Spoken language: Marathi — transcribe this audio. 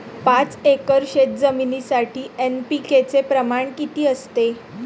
पाच एकर शेतजमिनीसाठी एन.पी.के चे प्रमाण किती असते?